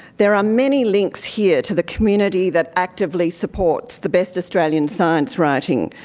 there are many links here to the community that actively supports the best australian science writing,